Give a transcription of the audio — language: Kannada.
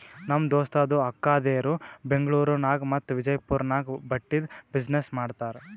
ನಮ್ ದೋಸ್ತದು ಅಕ್ಕಾದೇರು ಬೆಂಗ್ಳೂರ್ ನಾಗ್ ಮತ್ತ ವಿಜಯಪುರ್ ನಾಗ್ ಬಟ್ಟಿದ್ ಬಿಸಿನ್ನೆಸ್ ಮಾಡ್ತಾರ್